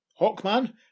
Hawkman